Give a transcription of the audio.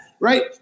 right